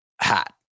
hat